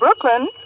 Brooklyn